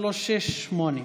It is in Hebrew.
כן, כן,